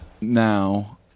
now